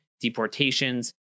deportations